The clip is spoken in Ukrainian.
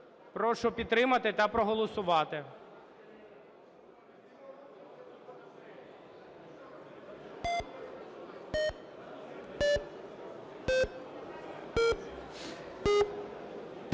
Прошу підтримати та проголосувати.